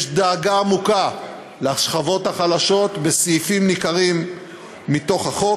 יש דאגה עמוקה לשכבות החלשות בסעיפים ניכרים בחוק,